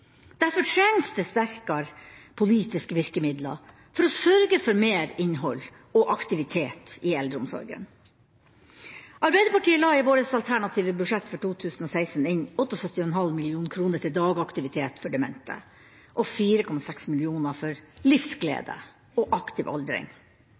Derfor trengs det sterkere politiske virkemidler for å sørge for mer innhold og aktivitet i eldreomsorgen. Arbeiderpartiet la i vårt alternative budsjett for 2016 inn 78,5 mill. kr til dagaktivitet for demente og 4,6 mill. kr for